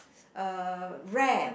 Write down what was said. uh rare